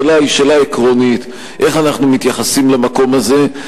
השאלה היא שאלה עקרונית: איך אנחנו מתייחסים למקום הזה,